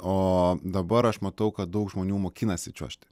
o dabar aš matau kad daug žmonių mokinasi čiuožti